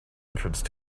entrance